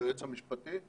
היועץ המשפטי,